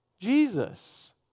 Jesus